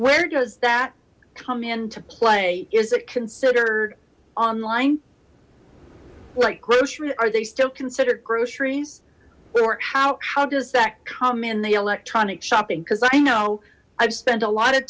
where does that come into play is it considered online like grocery are they still considered groceries or how does that come in the electronic shopping because i know i've spent a lot